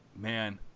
man